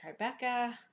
Tribeca